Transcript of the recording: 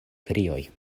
krioj